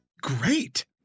great